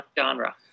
genre